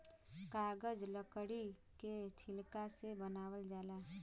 कागज लकड़ी के छिलका से बनावल जाला